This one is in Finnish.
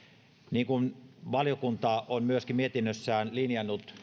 niin kuin valiokunta on myöskin mietinnössään linjannut